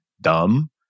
dumb